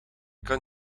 kan